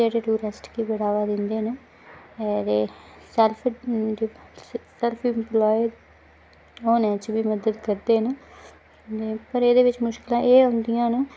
जेह्ड़े टूरिस्ट गी बढ़ावा दिंदे न ते सेल्फ डेपेंस सेल्फ एम्प्लोय होने च बी मतलब करदे न पर एह्दे बिच्च मुश्कलां एह् औन्दिया न